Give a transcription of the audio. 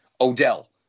Odell